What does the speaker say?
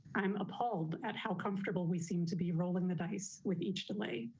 i'm appalled at how comfortable. we seem to be rolling the dice with each delay.